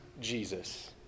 Jesus